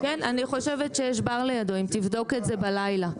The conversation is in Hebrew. כן, אני חושבת שיש בר לידו, אם תבדוק את זה בלילה.